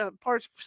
Parts